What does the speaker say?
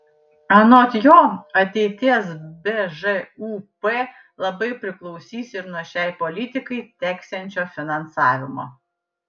anot jo ateities bžūp labai priklausys ir nuo šiai politikai teksiančio finansavimo